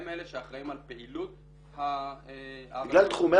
הם אלה שאחראים על פעילות -- בגלל תחומי